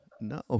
no